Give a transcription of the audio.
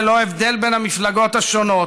ללא הבדל בין המפלגות השונות,